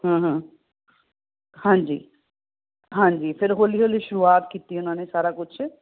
ਹਾਂ ਹਾਂ ਹਾਂਜੀ ਫਿਰ ਹੌਲੀ ਹੌਲੀ ਸ਼ੁਰੂਆਤ ਕੀਤੀ ਉਹਨਾਂ ਨੇ ਸਾਰਾ ਕੁਛ